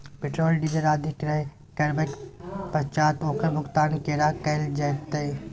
Petrol, diesel आदि क्रय करबैक पश्चात ओकर भुगतान केना कैल जेतै?